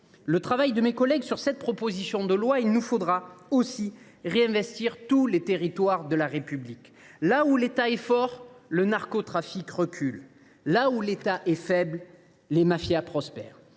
le travail de mes collègues sur cette proposition de loi, il nous faudra aussi réinvestir tous les territoires de la République. Là où l’État est fort, le narcotrafic recule. Là où l’État est faible, les mafias prospèrent.